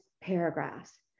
paragraphs